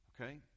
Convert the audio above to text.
Okay